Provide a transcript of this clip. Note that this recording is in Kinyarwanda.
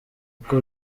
uko